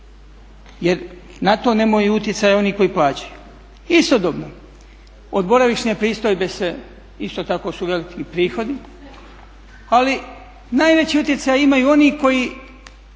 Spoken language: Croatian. jer na to nemaju utjecaj oni koji plaćaju. Istodobno, od boravišne pristojbe isto tako su veliki prihodi ali najveći utjecaj imaju oni koji